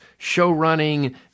showrunning